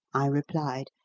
i replied.